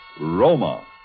Roma